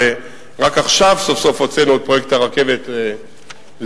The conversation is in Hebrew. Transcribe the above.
שרק עכשיו סוף-סוף הוצאנו את פרויקט הרכבת לדרך,